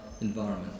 environment